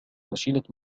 فشلت